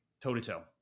toe-to-toe